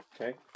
Okay